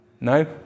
No